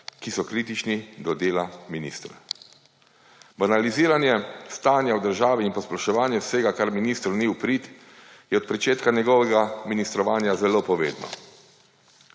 ki so kritični do dela ministra. Banaliziranje stanja v državi in posploševanje vsega, kar ministru ni v prid, je od pričetka njegovega ministrovanja zelo povedno.